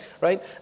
right